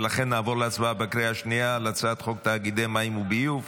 ולכן נעבור להצבעה בקריאה השנייה על הצעת חוק תאגידי מים וביוב.